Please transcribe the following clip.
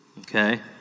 Okay